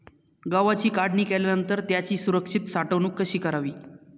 गव्हाची काढणी केल्यानंतर त्याची सुरक्षित साठवणूक कशी करावी?